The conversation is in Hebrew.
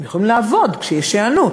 הם יכולים לעבוד כשיש היענות,